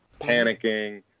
panicking